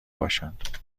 باشند